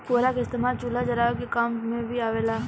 पुअरा के इस्तेमाल चूल्हा जरावे के काम मे भी आवेला